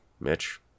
Mitch